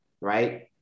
right